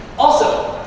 also,